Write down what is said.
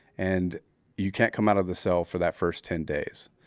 and you can't come out of the cell for that first ten days,